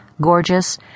gorgeous